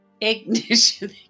Ignition